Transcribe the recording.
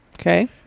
Okay